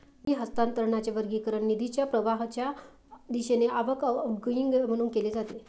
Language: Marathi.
निधी हस्तांतरणाचे वर्गीकरण निधीच्या प्रवाहाच्या दिशेने आवक, आउटगोइंग म्हणून केले जाते